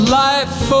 life